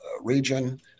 region